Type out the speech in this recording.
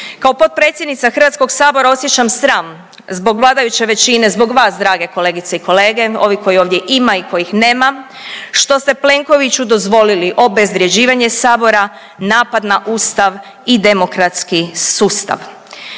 Kao potpredsjednica HS osjećam sram zbog vladajuće većine, zbog vas drage kolegice i kolege, ovi koji ovdje ima i kojih nema, što ste Plenkoviću dozvolili obezvrjeđivanje sabora, napad na ustav i demokratski sustav.